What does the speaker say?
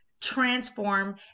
transform